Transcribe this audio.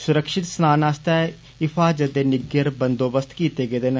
सुरक्षित स्नान आस्तै इफ़ाजद दे निग्गर बंदोबस्त कीते गेदे न